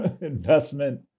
investment